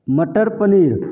मटर पनीर